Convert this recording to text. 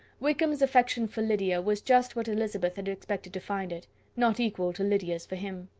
wickham's affection for lydia was just what elizabeth had expected to find it not equal to lydia's for him.